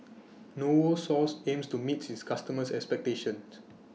Novosource aims to meet its customers' expectations